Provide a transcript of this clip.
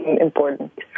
important